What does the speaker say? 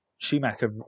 Schumacher